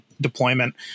deployment